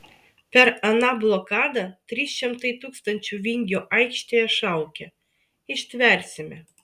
per aną blokadą trys šimtai tūkstančių vingio aikštėje šaukė ištversime